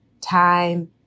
time